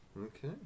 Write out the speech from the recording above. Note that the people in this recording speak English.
Okay